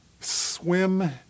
swim